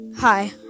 Hi